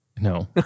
No